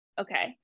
Okay